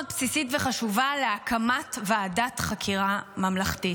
בסיסית וחשובה להקמת ועדת חקירה ממלכתית.